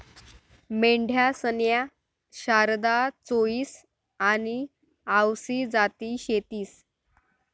मेंढ्यासन्या शारदा, चोईस आनी आवसी जाती शेतीस